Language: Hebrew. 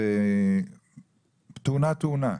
תאונה-תאונה,